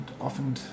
often